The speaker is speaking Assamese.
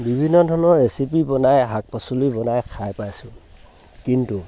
বিভিন্ন ধৰণৰ ৰেচিপি বনাই শাক পাচলি বনাই খাই পাইছোঁ কিন্তু